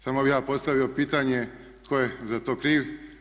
Samo bih ja postavio pitanje tko je za to kriv?